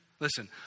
Listen